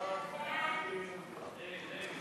ההצעה להעביר את הצעת חוק-יסוד: הכנסת (תיקון מס'